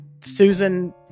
Susan